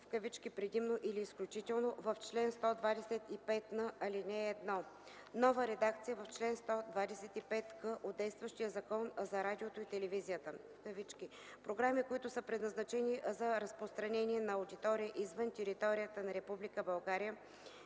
думите „предимно или изключително” в чл. 125н, ал. 1; - нова редакция в чл. 125к от действащия Закон за радиото и телевизията – „програми, които са предназначени за разпространение за аудитория извън територията на